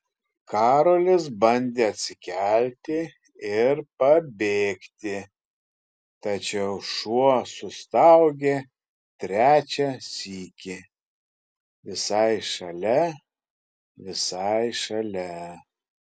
karolis bandė atsikelti ir pabėgti tačiau šuo sustaugė trečią sykį visai šalia visai šalia